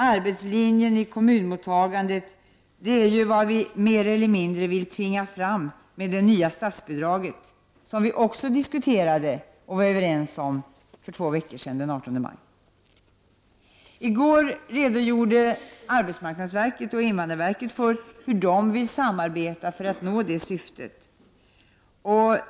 Arbetslinjen i kommunmottagandet är ju vad vi mer eller mindre vill tvinga fram med det nya statsbidraget. Det diskuterade vi också och var överens om för två veckor sedan, den 18 maj. I går redogjorde arbetsmarknadsstyrelsen och invandrarverket för hur de vill samarbeta för att nå det syftet.